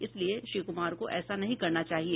इसलिए श्री कुमार को ऐसा नहीं करना चाहिए